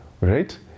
Right